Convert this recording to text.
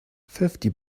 fifty